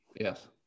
Yes